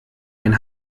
ein